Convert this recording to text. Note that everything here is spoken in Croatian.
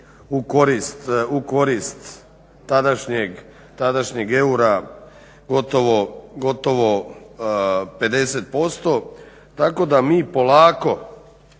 u korist tadašnjeg eura gotovo 50%. Tako da mi polako